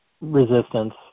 resistance